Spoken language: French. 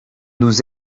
nous